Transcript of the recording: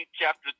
chapter